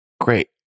Great